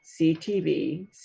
CTV